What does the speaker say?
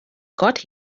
got